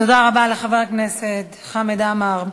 תודה רבה לחבר הכנסת חמר עמאר.